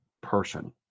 person